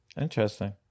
Interesting